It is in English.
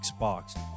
Xbox